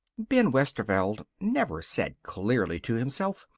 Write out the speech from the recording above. ben westerveld never said clearly to himself,